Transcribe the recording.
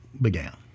began